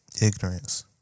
Ignorance